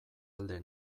alde